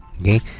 okay